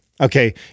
okay